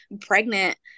pregnant